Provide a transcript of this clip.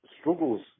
Struggles